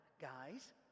guys